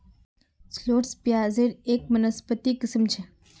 shallots प्याज़ेर एक वानस्पतिक किस्म छ